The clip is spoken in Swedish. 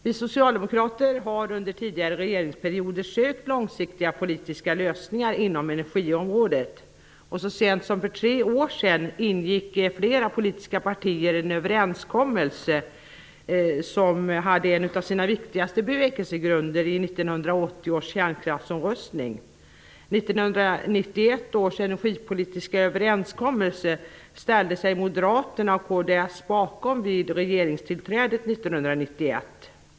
Vi socialdemokrater har under tidigare regeringsperioder sökt långsiktigt politiska lösningar inom energiområdet. Så sent som för tre år sedan ingick flera politiska partier en överenskommelse som hade en av sina viktigaste bevekelsegrunder i 1980 års kärnkraftsomröstning. 1991 års energipolitiska överenskommelse ställde sig Moderaterna och kds bakom vid regeringstillträdet 1991.